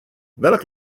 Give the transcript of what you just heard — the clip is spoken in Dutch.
welk